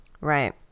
Right